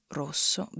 rosso